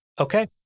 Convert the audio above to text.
okay